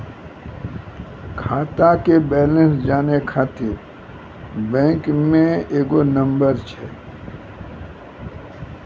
खाता के बैलेंस जानै ख़ातिर बैंक मे एगो नंबर छै?